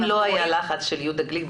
אם לא היה הלחץ של יהודה גליק,